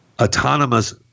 autonomous